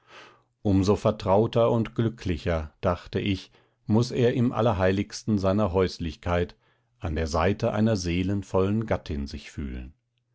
so vertrauter und glücklicher dachte ich muß er im allerheiligsten seiner häuslichkeit an der seite einer seelenvollen gattin sich fühlen